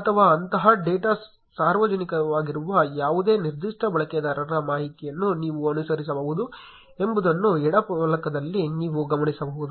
ಅಥವಾ ಅಂತಹ ಡೇಟಾ ಸಾರ್ವಜನಿಕವಾಗಿರುವ ಯಾವುದೇ ನಿರ್ದಿಷ್ಟ ಬಳಕೆದಾರರ ಮಾಹಿತಿಯನ್ನು ನೀವು ಅನುಸರಿಸಬಹುದು ಎಂಬುದನ್ನು ಎಡ ಫಲಕದಲ್ಲಿ ನೀವು ಗಮನಿಸಬಹುದು